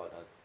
on on